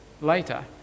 later